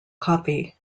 coffee